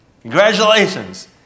congratulations